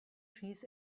trees